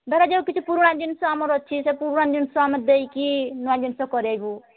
ଧରାଯାଉ କିଛି ପୁରୁଣା ଜିନିଷ ଆମର ଅଛି ସେ ପୁରୁଣା ଜିନିଷ ଆମେ ଦେଇକି ଆମେ ନୂଆ ଜିନିଷ କରେଇବୁ